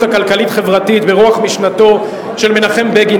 הכלכלית-חברתית ברוח משנתו של מנחם בגין,